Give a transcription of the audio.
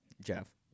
Jeff